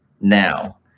now